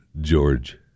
George